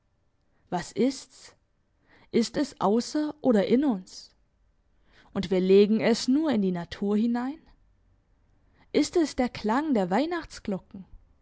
was ist's ist es ausser oder in uns und wir legen es nur in die natur hinein ist es der klang der weihnachtsglocken